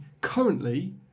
Currently